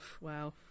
wow